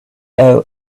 owe